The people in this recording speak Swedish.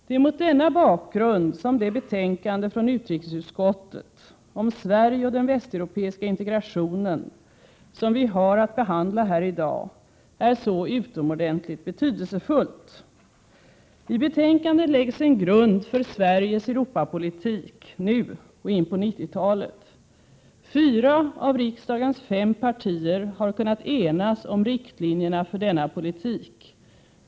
Det är mot denna bakgrund som det betänkande från utrikesutskottet, om Sverige och den västeuropeiska integrationen, som vi har att behandla här i dag, är så utomordentligt betydelsefullt. I betänkandet läggs en grund för Sveriges Europapolitik nu och in på 90-talet. Fyra av riksdagens fem partier har kunnat enas om riktlinjerna för denna politik.